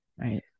right